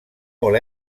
molt